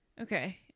Okay